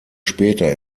später